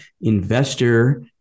investor